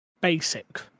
basic